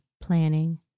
planning